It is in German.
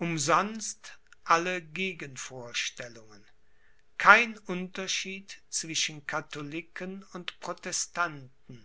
umsonst alle gegenvorstellungen kein unterschied zwischen katholiken und protestanten